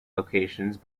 locations